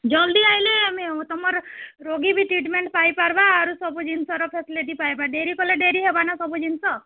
ଜଲ୍ଦି ଆଏଲେ ମୁଇଁ ତମର୍ ରୋଗୀ ବି ଟ୍ରିଟ୍ମେଣ୍ଟ୍ ପାଇ ପାର୍ବା ଆରୁ ସବୁ ଜିନଷ୍ର ଫେସିଲିଟି ପାଏବା ଡ଼େରି କଲେ ଡ଼େରି ହେବାନା ସବୁ ଜିନିଷ